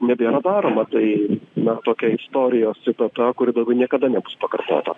nebėra daroma tai na tokia istorijos citata kuri daugiau niekada nebus pakartota